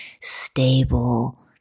stable